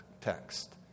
text